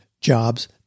jobs